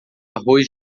arroz